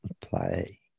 play